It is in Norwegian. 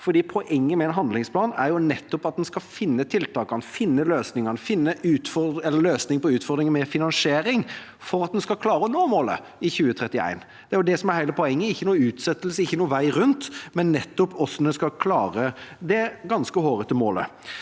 Poenget med en handlingsplan er jo nettopp at en skal finne tiltakene, finne løsningene og finne en løsning på utfordringen med finansiering, slik at en skal klare å nå målet i 2031. Det er jo hele poenget – ikke noen utsettelse, ikke noen vei rundt, men hvordan en skal klare å nå dette ganske hårete målet.